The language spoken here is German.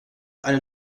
eine